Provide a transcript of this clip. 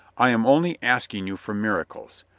i am only asking you for miracles.